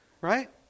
right